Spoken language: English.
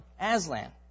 Aslan